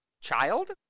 child